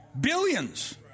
Billions